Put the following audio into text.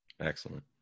Excellent